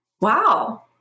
wow